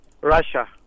Russia